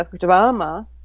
drama